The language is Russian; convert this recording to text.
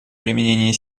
применение